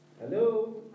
Hello